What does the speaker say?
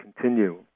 continue